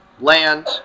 land